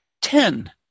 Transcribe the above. Ten